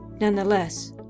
nonetheless